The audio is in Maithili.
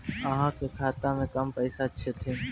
अहाँ के खाता मे कम पैसा छथिन?